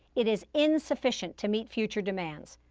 it is insufficient to meet future demands.